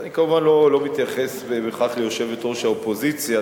אני כמובן לא מתייחס בכך ליושבת-ראש האופוזיציה,